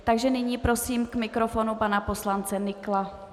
Takže prosím k mikrofonu pana poslance Nykla.